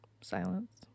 Silence